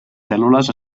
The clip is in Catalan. cèl·lules